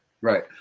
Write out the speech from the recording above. Right